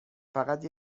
فقط